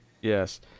yes